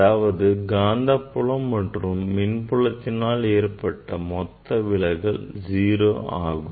அதாவது காந்தப்புலம் மற்றும் மின் புலத்தினால் ஏற்பட்ட மொத்த விலக்கம் 0 ஆகும்